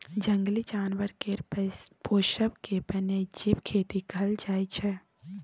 जंगली जानबर केर पोसब केँ बन्यजीब खेती कहल जाइ छै